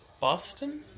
Boston